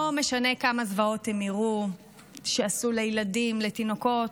לא משנה כמה זוועות הם יראו שעשו לילדים לתינוקות,